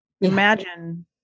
Imagine